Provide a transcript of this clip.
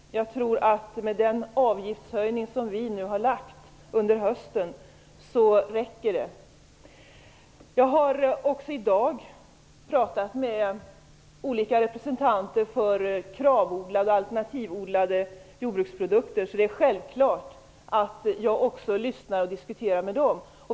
Jag tror att det räcker med den avgiftshöjning vi infört under hösten. Jag har i dag talat med olika representanter för Det är självklart att jag också lyssnar till och diskuterar med dem.